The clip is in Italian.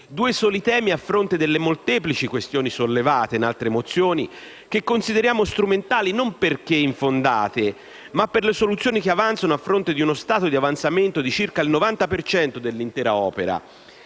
Due soli temi a fronte delle molteplici questioni sollevate in altre mozioni, che consideriamo strumentali, non perché infondate, ma per le soluzioni che propongono a fronte di uno stato di avanzamento di circa il 90 per cento dell'intera opera